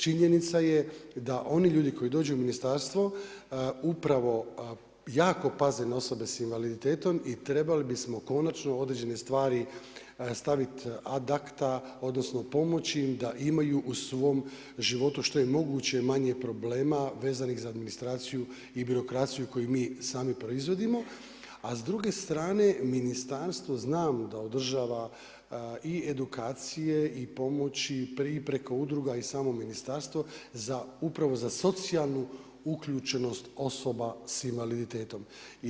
Činjenica je da oni ljudi koji dođu u ministarstvo upravo jako paze na osobe sa invaliditetom i trebali bismo konačno određene stvari staviti ad acta odnosno pomoći im da imaju u svom životu što je moguće manje problema vezanih za administraciju i birokraciju koju mi sami proizvodimo, a s druge strane ministarstvo znam da održava i edukacije i pomoći i preko udruga i samog ministarstva upravo za socijalnu uključenost osoba sa invaliditetom.